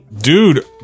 Dude